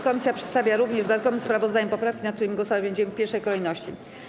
Komisja przedstawia również w dodatkowym sprawozdaniu poprawki, nad którymi głosować będziemy w pierwszej kolejności.